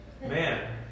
Man